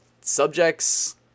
subjects